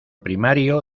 primario